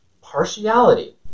partiality